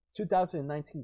2019